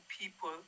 people